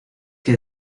que